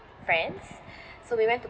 friends so we went to